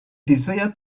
desire